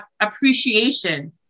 appreciation